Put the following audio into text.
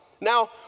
Now